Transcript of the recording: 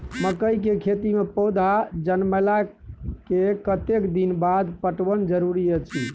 मकई के खेती मे पौधा जनमला के कतेक दिन बाद पटवन जरूरी अछि?